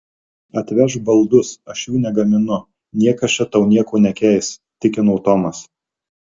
atvežk baldus aš jų negaminu niekas čia tau nieko nekeis tikino tomas